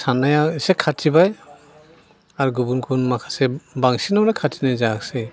सारनाया एसे खाथि बाय आरो गुबुन गुबुन माखासे बांसिनानो खाथिनाय जायाखिसै